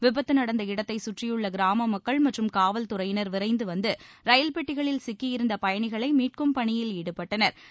விபத்து நடந்த இடத்தை கற்றியுள்ள கிராம மக்கள் மற்றும் காவல்துறையினர் விரைந்து வந்து ரயில் பெட்டிகளில் சிக்கியிருந்த பயணிகளை மீட்கும் பணியில் ஈடுபட்டனா்